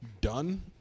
done